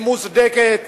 היא מוצדקת.